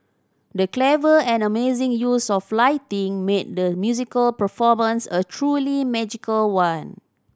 the clever and amazing use of lighting made the musical performance a truly magical one